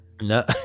No